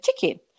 chicken